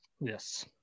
Yes